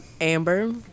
Amber